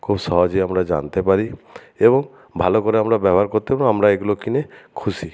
খুব সহজেই আমরা জানতে পারি এবং ভালো করে আমরা ব্যবহার করতে বা আমরা এগুলো কিনে খুশি